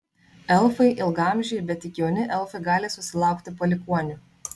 elfai ilgaamžiai bet tik jauni elfai gali susilaukti palikuonių